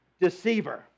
deceiver